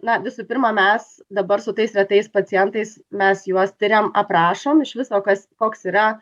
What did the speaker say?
na visų pirma mes dabar su tais retais pacientais mes juos tiriam aprašome iš viso kas koks yra